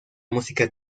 música